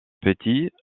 petits